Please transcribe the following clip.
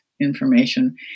information